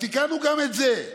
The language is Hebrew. תיקנו גם את זה,